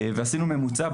ועשינו ממוצע,